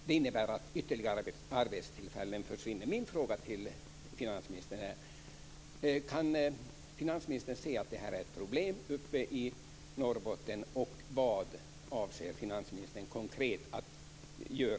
Det innebär att ytterligare arbetstillfällen försvinner.